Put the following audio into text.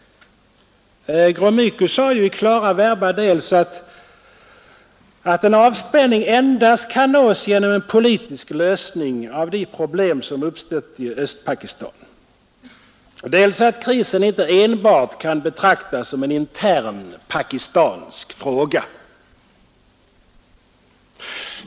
Gromyko sade ju i klara verba dels att en avspänning endast kan nås genom en politisk lösning av de problem som uppstått i Östpakistan, dels att krisen inte enbart kan betraktas som en intern pakistansk fråga.